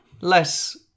less